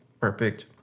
perfect